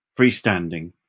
freestanding